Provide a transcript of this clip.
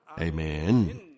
Amen